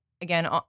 again